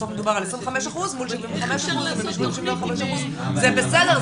בסוף מדובר על 25% מול 75%. זה בסדר,